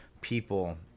people